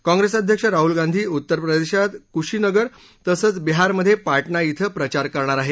काँग्रेस अध्यक्ष राहुल गांधी उत्तरप्रदेशात कुशीनगर तसंच बिहारमधे पाटणा धिं प्रचार करणार आहेत